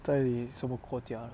在什么国家